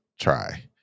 try